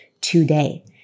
today